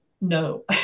No